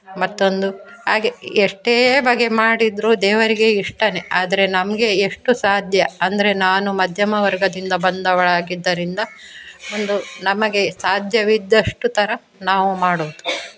ಮತ್ತೊಂದು ಹಾಗೆ ಎಷ್ಟೇ ಬಗೆ ಮಾಡಿದರು ದೇವರಿಗೆ ಇಷ್ಟನೇ ಆದರೆ ನಮಗೆ ಎಷ್ಟು ಸಾಧ್ಯ ಅಂದರೆ ನಾನು ಮಧ್ಯಮ ವರ್ಗದಿಂದ ಬಂದವಳಾಗಿದ್ದರಿಂದ ಒಂದು ನಮಗೆ ಸಾಧ್ಯವಿದ್ದಷ್ಟು ಥರ ನಾವು ಮಾಡೋದು